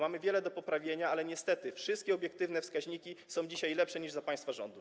Mamy wiele do poprawienia, ale niestety wszystkie obiektywne wskaźniki są dzisiaj lepsze niż za państwa rządów.